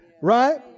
Right